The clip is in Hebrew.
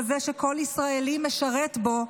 כזה שכל ישראלי משרת בו,